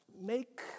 make